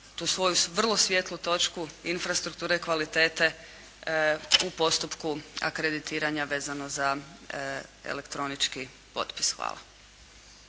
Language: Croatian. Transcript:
tu svoju vrlo svjetlu točku infrastrukture kvalitete u postupku akreditiranja vezano za elektronički potpis. Hvala.